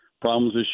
problems